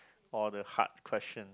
or the hard question